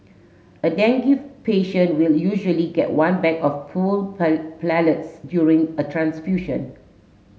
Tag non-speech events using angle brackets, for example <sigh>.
a dengue patient will usually get one bag of pooled <unintelligible> platelets during a transfusion